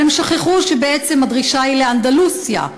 אבל הם שכחו שבעצם הדרישה היא לאנדלוסיה.